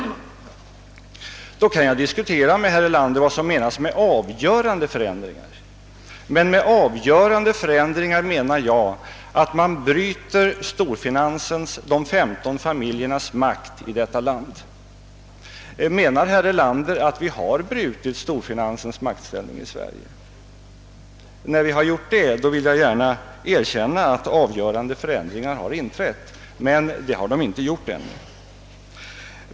Jag kan naturligtvis diskutera med herr Erlander om vad som menas med avgörande förändringar. Med avgörande förändringar menar jag att man bryter storfinansens, de femton familjernas, makt i detta land. Menar herr Erlander att vi har brutit storfinansens maktställning i Sverige? När detta skett vill jag gärna erkänna att avgörande förändringar har inträtt, men så är ännu inte fallet.